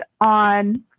on